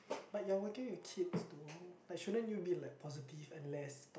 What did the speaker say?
but you are working with kids though but shouldn't you be like positive and less